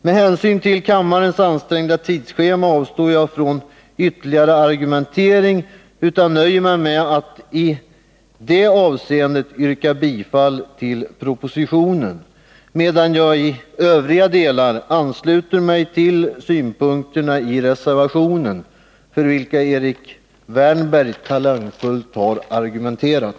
Med hänsyn till kammarens ansträngda tidsschema avstår jag från ytterligare argumentering och nöjer mig med att i dessa avseenden yrka bifall till propositionen, medan jag i övriga delar ansluter mig till synpunkterna i reservationen, för vilka Erik Wärnberg talangfullt har argumenterat.